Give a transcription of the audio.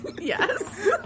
Yes